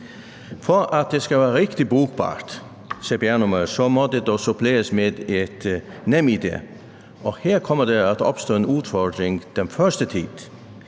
cpr-nummeret skal være rigtig brugbart, må det dog suppleres med et NemID, og her kommer der til at opstå en udfordring den første tid.